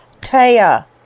Taya